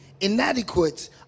inadequate